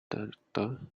conductor